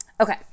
okay